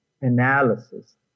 analysis